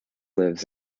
lives